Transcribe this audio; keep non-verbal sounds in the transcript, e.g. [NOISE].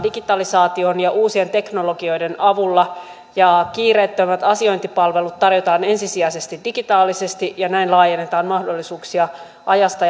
digitalisaation ja uusien teknologioiden avulla ja kiireettömät asiointipalvelut tarjotaan ensisijaisesti digitaalisesti ja näin laajennetaan mahdollisuuksia ajasta [UNINTELLIGIBLE]